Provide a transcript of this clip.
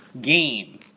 game